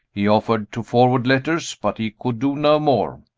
he offered to forward letters, but he could do no more.